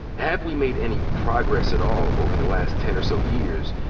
have we made any progress at all over the last ten or so years?